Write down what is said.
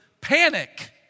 panic